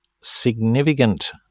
significant